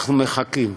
אנחנו מחכים.